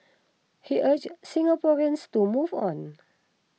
he urged Singaporeans to move on